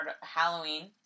Halloween